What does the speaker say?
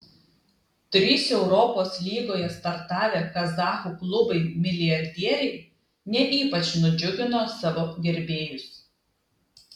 trys europos lygoje startavę kazachų klubai milijardieriai ne ypač nudžiugino savo gerbėjus